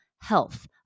health